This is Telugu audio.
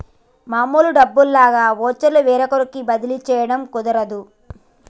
మామూలు డబ్బుల్లాగా వోచర్లు వేరొకరికి బదిలీ చేయడం కుదరదు